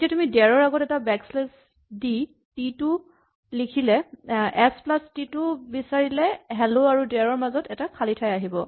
এতিয়া তুমি ডেয়াৰ ৰ আগত এটা বেকশ্লেচ দি টি টো লিখি এচ প্লাচ টি টো বিচাৰিলে হেল্ল আৰু ডেয়াৰ ৰ মাজত এটা খালী ঠাই আহিব